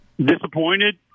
Disappointed